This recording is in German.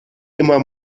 immer